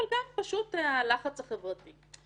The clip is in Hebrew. אבל גם פשוט הלחץ החברתי.